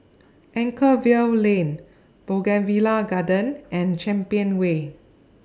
Anchorvale Lane Bougainvillea Garden and Champion Way